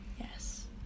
Yes